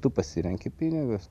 tu pasirenki pinigus